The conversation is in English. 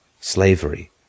slavery